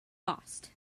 lost